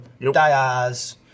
Diaz